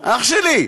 אח שלי,